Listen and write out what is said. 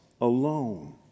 alone